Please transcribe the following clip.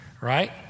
Right